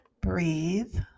breathe